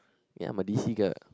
ya my D C girl